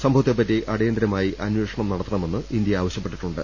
സംഭവത്തെപ്പറ്റി അടിയന്തരമായി അന്വേഷണം നടത്തണ മെന്ന് ഇന്ത്യ ആവശ്യപ്പെട്ടിട്ടുണ്ട്